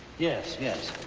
yes, yes.